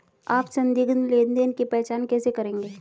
आप संदिग्ध लेनदेन की पहचान कैसे करेंगे?